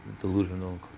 delusional